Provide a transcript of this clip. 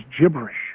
gibberish